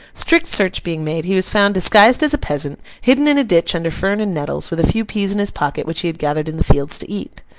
strict search being made, he was found disguised as a peasant, hidden in a ditch under fern and nettles, with a few peas in his pocket which he had gathered in the fields to eat.